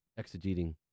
exegeting